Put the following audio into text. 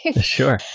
Sure